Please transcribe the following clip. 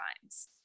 times